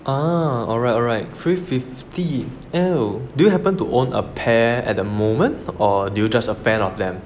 ah alright alright three fifteen oh do you happen to own a pair at the moment or do you just a fan of them